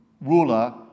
ruler